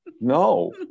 no